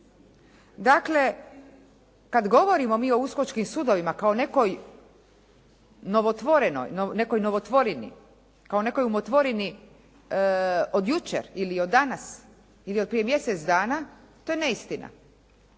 Dakle, kad govorimo mi o uskočkim sudovima kao nekoj novotvorini, kao nemoj umotvorini od jučer ili od danas, ili od prije mjesec dana to je neistina.